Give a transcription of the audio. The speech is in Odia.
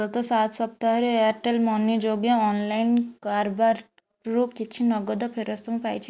ଗତ ସାତ ସପ୍ତାହରେ ଏୟାର୍ଟେଲ୍ ମନି ଯୋଗେ ଅନଲାଇନ କାରବାରରୁ କିଛି ନଗଦ ଫେରସ୍ତ ମୁଁ ପାଇଛି